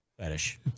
fetish